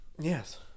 Yes